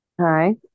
Hi